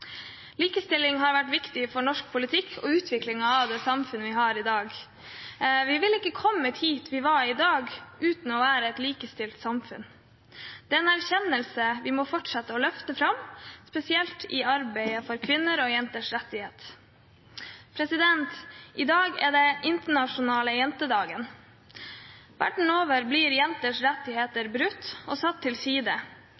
Likestilling har vært viktig for norsk politikk og utviklingen av det samfunnet vi har i dag. Vi ville ikke kommet hit vi er i dag, uten å være et likestilt samfunn. Det er en erkjennelse vi må fortsette å løfte fram, spesielt i arbeidet for kvinners og jenters rettigheter. I dag er det den internasjonale jentedagen. Verden over blir jenters